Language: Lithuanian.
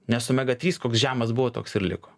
nes omega trys koks žemas buvo toks ir liko